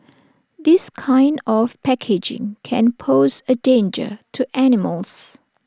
this kind of packaging can pose A danger to animals